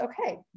okay